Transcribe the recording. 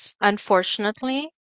unfortunately